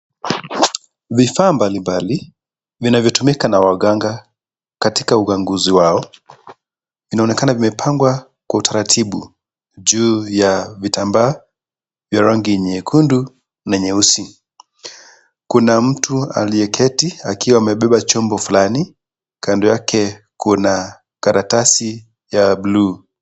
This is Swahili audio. Vifaa mbalimbali, vinavyotumika na waganga katika uganguzi wao, inaonekana vimepangwa kwa utaratibu, juu ya vitambaa vya rangi nyekundu na nyeusi. Kuna mtu aliyeketi, akiwa amebeba chombo fulani, kando yake kuna karatasi ya bluu.